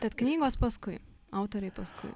tad knygos paskui autoriai paskui